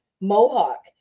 mohawk